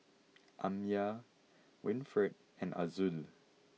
Amya Winfred and Azul